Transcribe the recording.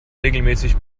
regelmäßig